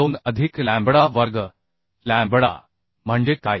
2 अधिक लॅम्बडा वर्ग लॅम्बडा म्हणजे काय